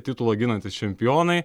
titulą ginantys čempionai